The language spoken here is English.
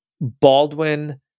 Baldwin